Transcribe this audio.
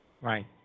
Right